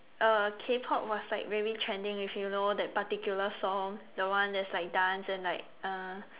uh K-Pop was like very trending if you know that particular song the one that's like dance and like uh